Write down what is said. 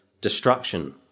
destruction